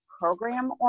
program